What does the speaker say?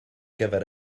gyfer